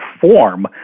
form